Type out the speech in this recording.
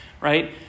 right